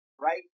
Right